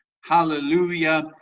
hallelujah